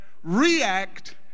React